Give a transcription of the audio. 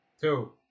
Two